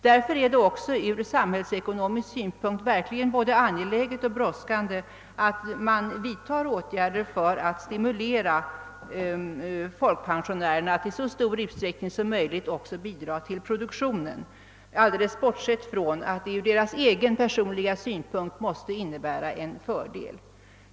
Därför är det också ur samhällsekonomisk synpunkt verkligen både angeläget och brådskande att man vidtar åtgärder för att stimulera folkpensionärerna att i så stor utsträckning som möjligt bidraga till produktionen — alldeles bortsett från att det ur deras personliga synpunkt måste innebär ra en fördel.